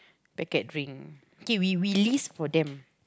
packet drink okay okay we list for them